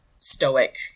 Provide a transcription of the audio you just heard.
stoic